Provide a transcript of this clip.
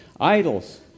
idols